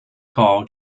call